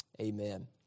Amen